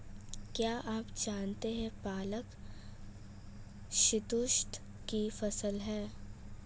क्या आप जानते है पालक शीतऋतु की फसल है?